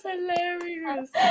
hilarious